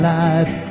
life